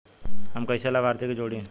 हम कइसे लाभार्थी के जोड़ी?